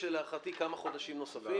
להערכתי כמה חודשים נוספים.